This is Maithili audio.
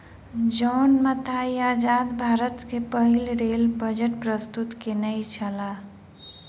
जॉन मथाई आजाद भारत के पहिल रेल बजट प्रस्तुत केनई छला